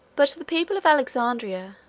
but the people of alexandria,